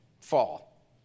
Fall